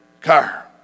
car